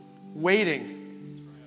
Waiting